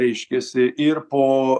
reiškiasi ir po